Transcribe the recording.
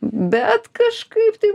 bet kažkaip tai